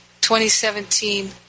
2017